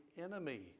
enemy